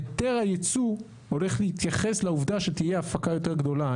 היתר הייצוא הולך להתייחס לעובדה שתהיה הפקה יותר גדולה.